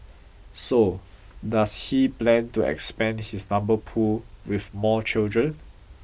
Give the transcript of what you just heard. so does he plan to expand his number pool with more children